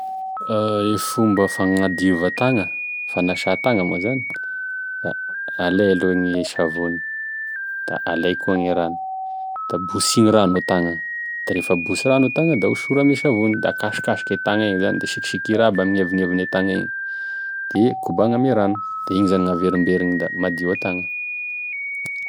E fomba fagnadiova tagna fanasatagna moa zany da alay aloha gne savony da alay koa gne rano da bosigny rano e tagna ,da rehefa bosy rano e tagna da hosora ame savony da akasokasoky tsara e tagna da sikisisikira tsara gn'agneviny gnagny da kombagny ame rano da igny zany gnaverimberiny da madio e tagna.